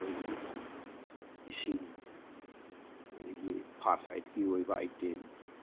ꯑꯩꯈꯣꯏꯒꯤ ꯏꯁꯤꯡ ꯏꯁꯤꯡ ꯑꯗꯒꯤ ꯐꯥꯔꯁ ꯑꯦꯠꯀꯤ ꯑꯣꯏꯕ ꯑꯥꯏꯇꯦꯝ